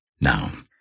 Now